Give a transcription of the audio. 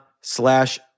slash